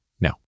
no